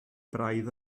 braidd